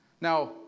Now